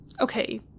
Okay